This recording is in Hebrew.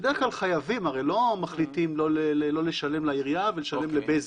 בדרך כלל חייבים הרי לא מחליטים לא לשלם לעירייה ולשלם לבזק,